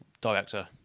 director